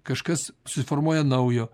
kažkas susiformuoja naujo